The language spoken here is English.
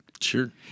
Sure